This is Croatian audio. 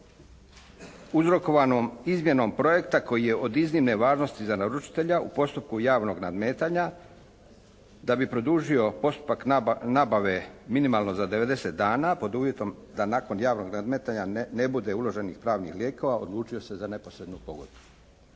citirao uzrokovanom izmjenom projekta koji je od iznimne važnosti za naručitelja u postupku javnog nadmetanja da bi produžio postupak nabave minimalno za 90 dana pod uvjetom da nakon javnog nadmetanja ne bude uloženih pravnih lijekova, odlučio se za neposrednu pogodbu.